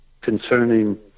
concerning